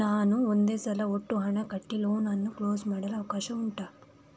ನಾನು ಒಂದೇ ಸಲ ಒಟ್ಟು ಹಣ ಕಟ್ಟಿ ಲೋನ್ ಅನ್ನು ಕ್ಲೋಸ್ ಮಾಡಲು ಅವಕಾಶ ಉಂಟಾ